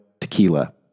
tequila